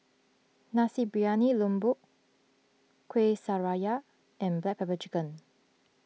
Nasi Briyani Lembu Kueh Syara and Black Pepper Chicken